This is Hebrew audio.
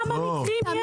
כמה מקרים יש?